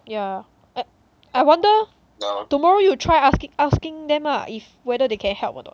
yeah I I wonder tomorrow you try asking asking them ah if whether they can help or not